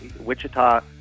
Wichita